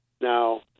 Now